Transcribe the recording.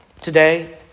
today